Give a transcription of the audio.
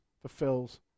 fulfills